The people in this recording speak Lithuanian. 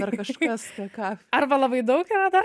yra kažkas ką arba labai daug yra dar